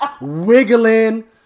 Wiggling